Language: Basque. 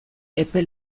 epe